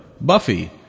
Buffy